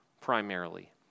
primarily